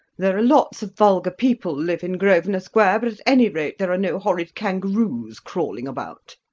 there are lots of vulgar people live in grosvenor square, but at any rate there are no horrid kangaroos crawling about.